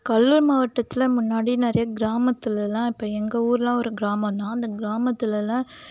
கடலூர் மாவட்டத்தில் முன்னாடி நிறைய கிராமத்துலெலாம் இப்போ எங்கள் ஊரெலாம் கிராமம்தான் அந்த கிராமத்துலெலாம்